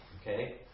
Okay